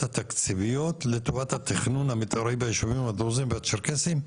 התקציביות לטובת התכנון המתארי ביישובים הדרוזים והצ'רקסים?